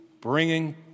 bringing